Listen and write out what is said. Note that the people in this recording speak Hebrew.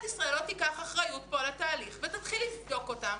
ישראל לא תיקח אחריות פה על התהליך ותתחיל לבדוק אותם,